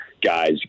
guys